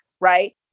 Right